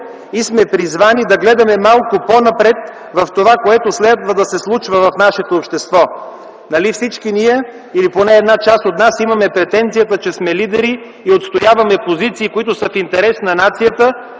и сме призвани да гледаме малко по-напред в това, което следва да се случва в нашето общество. Нали всички ние, или поне една част от нас имаме претенцията, че сме лидери и отстояваме позиции, които са в интерес на нацията,